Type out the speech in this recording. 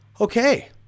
Okay